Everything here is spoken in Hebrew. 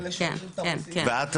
כן, כן, כן.